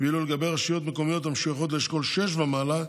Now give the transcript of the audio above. ואילו לגבי רשויות מקומיות המשויכות לאשכול 6 ומעלה,